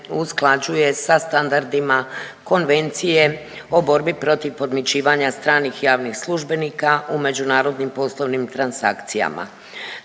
usklađuje sa standardima Konvencije o borbi protiv podmićivanja stranih javnih službenika u međunarodnim poslovnim transakcijama.